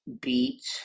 beat